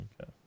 Okay